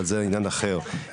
אבל זה עניין אחר.